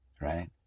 right